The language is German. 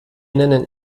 nennen